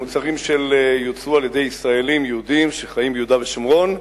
על מוצרים שיוצרו על-ידי ישראלים יהודים שחיים ביהודה ושומרון.